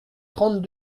trente